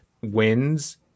wins